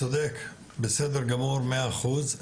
צודק, בסדר גמור מאה אחוז.